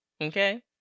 Okay